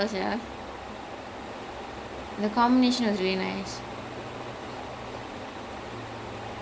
about ya he did well ya in fact the full படமே:padamae was mostly இதுதான்:ithuthaan YouTubers